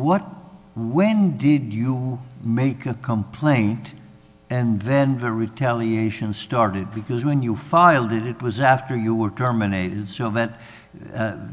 what when did you make a complaint and then for retaliation started because when you filed it it was after you were terminated so event